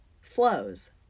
Flows